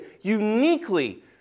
uniquely